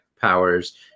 powers